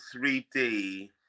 3D